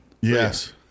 Yes